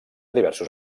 diversos